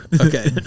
Okay